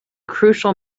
crucial